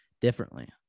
differently